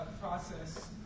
process